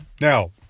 Now